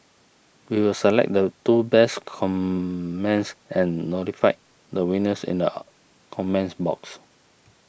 we will select the two best comments and notify the winners in the comments box